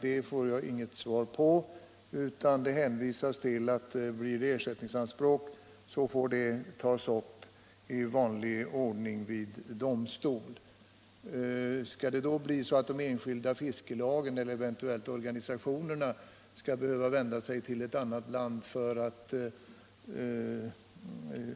Det får jag inget svar på, utan det hänvisas till att blir det ersättningsanspråk, så får de tas upp i vanlig ordning vid domstol. Skall då de enskilda fiskelagen eller eventuellt organisationerna behöva vända sig till ett annat land för att